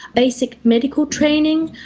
basic medical training.